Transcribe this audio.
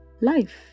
life